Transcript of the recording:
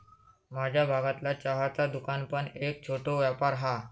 माझ्या भागतला चहाचा दुकान पण एक छोटो व्यापार हा